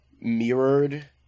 mirrored